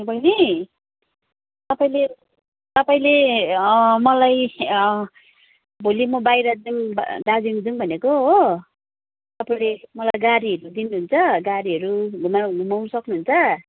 ए बैनी तपाईँले तपाईँले मलाई भोलि म बाहिर जाऔँ दा दार्जिलिङ जाऔँ भनेको हो तपाईँले मलाई गाडीहरू दिनुहुन्छ गाडीहरू घुमाउ घुमाउनु सक्नुहुन्छ